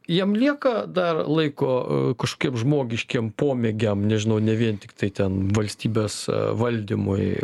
jam lieka dar laiko kažkokiem žmogiškiem pomėgiam nežinau ne vien tiktai ten valstybės valdymui